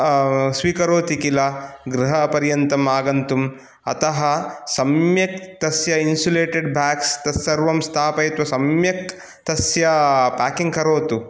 स्वीकरोति किल गृहं पर्यन्तम् आगन्तुम् अतः सम्यक् तस्य इन्सुलेटट् बेग्स् तत् सर्वं स्थापयित्वा सम्यक् तस्य पाकिङ्ग् करोतु